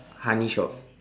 honey shop